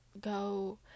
go